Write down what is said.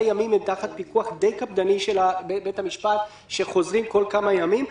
ימים הם תחת פיקוח די קפדני של בית המשפט שהם חוזרים אליו כל כמה ימים.